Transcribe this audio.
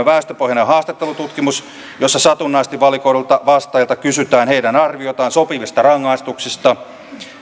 väestöpohjainen haastattelututkimus jossa satunnaisesti valikoiduilta vastaajilta kysytään heidän arviotaan sopivista rangaistuksista